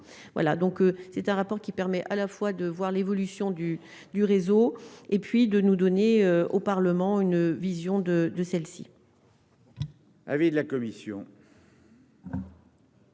voilà donc c'est un rapport qui permet à la fois de voir l'évolution du du réseau et puis de nous donner au Parlement, une vision de de celle-ci.